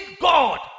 God